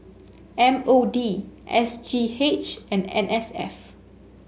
M O D S G H and N S F